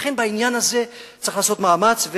לכן, בעניין הזה, צריך לעשות מאמץ.